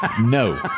No